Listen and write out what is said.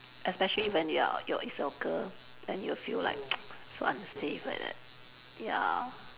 especially when you are your it's your girl then you will feel like so unsafe like that ya